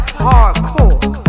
hardcore